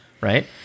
right